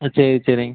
சரி சரிங்க